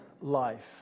life